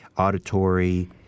auditory